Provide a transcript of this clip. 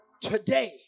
today